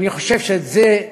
אני חושב שאת זה,